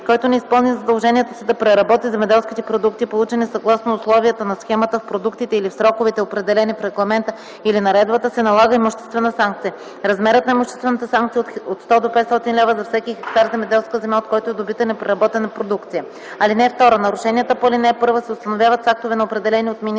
който не изпълни задължението си да преработи земеделските продукти, получени съгласно условията на схемата, в продуктите или в сроковете, определени в регламента или наредбата, се налага имуществена санкция. Размерът на имуществената санкция е от 100 до 500 лв. за всеки хектар земеделска земя, от който е добита непреработената продукция. (2) Нарушенията по ал. 1 се установяват с актове на определени от министъра